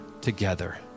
together